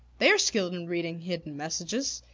they are skilled in reading hidden messages.